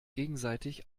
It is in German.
gegenseitig